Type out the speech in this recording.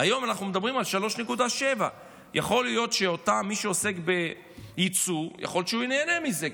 היום אנחנו מדברים על 3.7. יכול להיות שמי שעוסק ביצוא נהנה מזה,